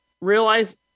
realize